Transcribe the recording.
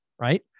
right